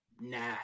nah